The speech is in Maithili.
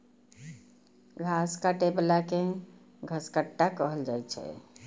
घास काटै बला कें घसकट्टा कहल जाइ छै